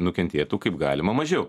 nukentėtų kaip galima mažiau